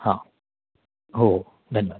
हां हो धन्यवाद